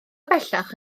bellach